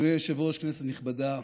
אדוני היושב-ראש, כנסת נכבדה,